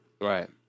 Right